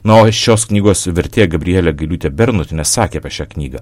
na o šios knygos vertėja gabrielė gailiūtė bernotienė sakė apie šią knygą